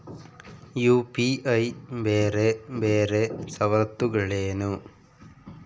UPI ಬೇರೆ ಬೇರೆ ಸವಲತ್ತುಗಳೇನು?